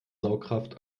saugkraft